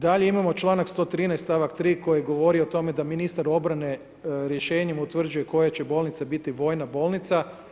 Dalje imamo članak 113., stavak 3. koji govori o tome da ministar obrane rješenjem utvrđuje koja će bolnica biti vojna bolnica.